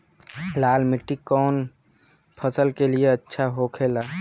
लाल मिट्टी कौन फसल के लिए अच्छा होखे ला?